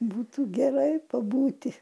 būtų gerai pabūti